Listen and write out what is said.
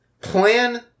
plan